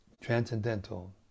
transcendental